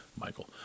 Michael